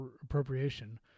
appropriation